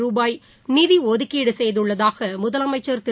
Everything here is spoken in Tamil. ருபாய் நிதிஒதுக்கீடு செய்துள்ளதாக முதலமைச்சர் திரு